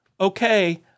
okay